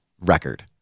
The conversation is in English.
record